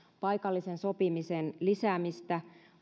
paikallisen sopimisen lisäämistä